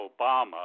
Obama